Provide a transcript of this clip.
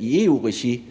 i EU-regi,